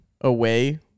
away